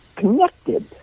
connected